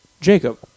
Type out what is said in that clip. jacob